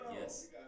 Yes